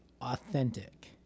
authentic